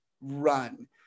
run